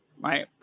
Right